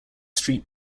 street